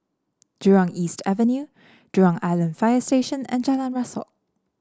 Jurong East Avenue Jurong Island Fire Station and Jalan Rasok